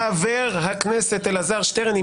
חבר הכנסת אלעזר שטרן,